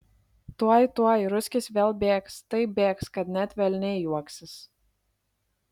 tuoj tuoj ruskis vėl bėgs taip bėgs kad net velniai juoksis